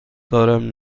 دارم